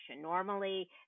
Normally